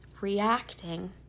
reacting